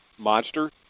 monster